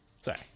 sorry